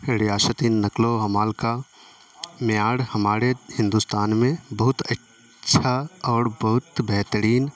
ریاستی نقل و حمل کا معیار ہمارے ہندوستان میں بہت اَچّھا اور بہت بہترین